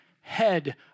head